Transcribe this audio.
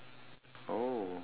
oh